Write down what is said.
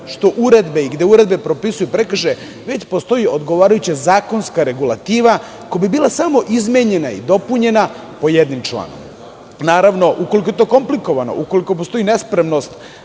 što uredbe i gde uredbe propisuju prekršaje, već postoji odgovarajuća zakonska regulativa, koja bi bila samo izmenjena i dopunjena po jednim članovima. Naravno, ukoliko je to komplikovano, ukoliko postoji nespremnost